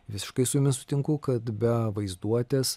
visiškai su jumis sutinku kad be vaizduotės